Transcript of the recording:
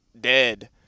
dead